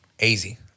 Easy